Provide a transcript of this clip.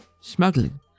Smuggling